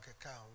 account